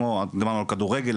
כמו דיברנו על כדורגל,